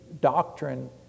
doctrine